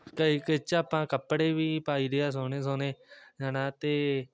ਕਈ ਕੁਛ ਆਪਾਂ ਕੱਪੜੇ ਵੀ ਪਾਈਦੇ ਆ ਸੋਹਣੇ ਸੋਹਣੇ ਹੈ ਨਾ ਅਤੇ